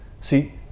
See